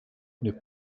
les